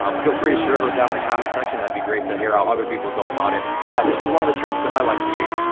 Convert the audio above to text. um feel free to share those down in the comments section. that'd be great to hear how other people go about it. but yeah this is one of the tricks that i like to use.